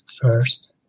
first